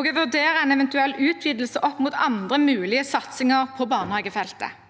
og å vurdere en eventuell utvidelse opp mot andre mulige satsinger på barnehagefeltet.